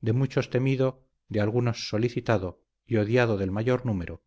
de muchos temido de algunos solicitado y odiado del mayor número